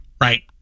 right